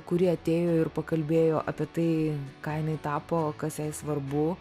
kuri atėjo ir pakalbėjo apie tai ką jinai tapo kas jai svarbu